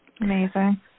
Amazing